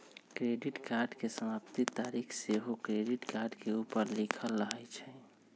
credit card के समाप्ति तारिख सेहो क्रेडिट कार्ड के ऊपर लिखल रहइ छइ